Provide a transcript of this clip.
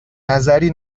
نظری